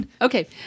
okay